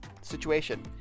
situation